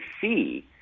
see